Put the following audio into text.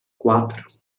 quatro